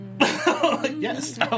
Yes